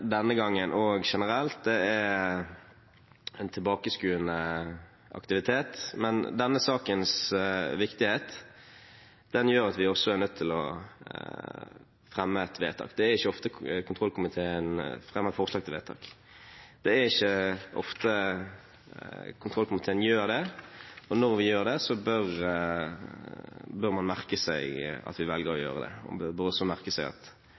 denne gangen og generelt, er en tilbakeskuende aktivitet, men denne sakens viktighet gjør at vi også er nødt til å fremme et vedtak. Det er ikke ofte kontrollkomiteen fremmer forslag til vedtak, og når vi gjør det, bør man merke seg at vi velger å gjøre det. Man bør også merke seg at vi har vært nødt til å avholde to kontrollhøringer. Jeg stopper der. Både saksordføreren og representanten Eldegard har sagt mye av det